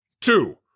Two